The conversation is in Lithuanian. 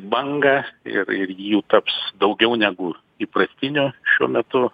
bangą ir ir jų taps daugiau negu įprastinių šiuo metu